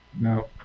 no